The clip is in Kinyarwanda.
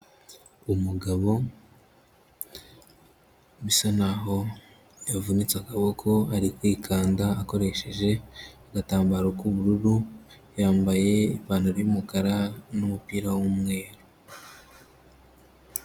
Umugabo bisa naho yavunitse akaboko ari kwikanda akoresheje agatambaro k'ubururu, yambaye ipantaro y'umukara n'umupira w'umweru.